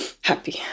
happy